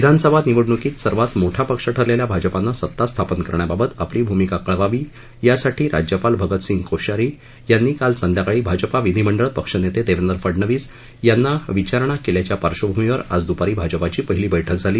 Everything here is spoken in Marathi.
विधानसभा निवडण्कीत सर्वात मोठा पक्ष ठरलेल्या भाजपानं सत्ता स्थापन करण्याबाबत आपली भूमिका कळवावी यासाठी राज्यपाल भगतसिंग कोश्यारी यांनी काल संध्याकाळी भाजपा विधिमंडळ पक्ष नेते देवेंद्र फडनवीस यांना विचारणा केल्याच्या पार्श्वभूमीवर आज द्पारी भाजपाची पहीली बैठक झाली